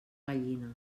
gallina